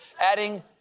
Adding